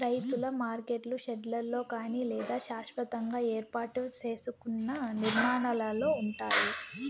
రైతుల మార్కెట్లు షెడ్లలో కానీ లేదా శాస్వతంగా ఏర్పాటు సేసుకున్న నిర్మాణాలలో ఉంటాయి